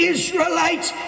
Israelites